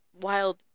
wild